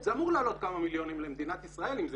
זה אמור לעלות כמה מיליונים למדינת ישראל אם זה